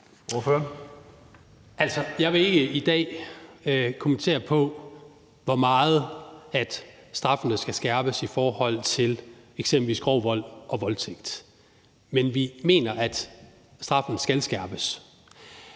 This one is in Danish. jeg vil ikke i dag kommentere på, hvor meget straffene skal skærpes i forhold til eksempelvis grov vold og voldtægt, men vi mener, at straffene skal skærpes.